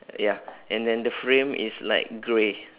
ya and then the frame is like grey